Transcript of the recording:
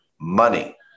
money